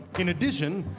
in addition,